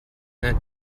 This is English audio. that